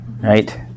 right